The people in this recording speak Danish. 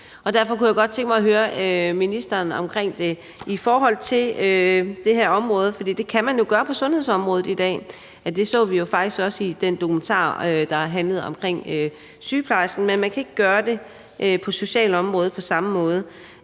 Jeg kunne godt tænke mig at høre ministerens holdning til det på det her område. Man kan jo i dag gøre det på sundhedsområdet, og det så vi faktisk også i den dokumentar, der handlede om en sygeplejerske, men man kan ikke gøre det på samme måde på socialområdet.